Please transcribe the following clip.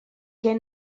què